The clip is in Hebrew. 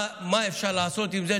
מה אפשר לעשות עם זה.